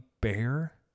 bear